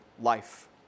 life